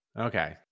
Okay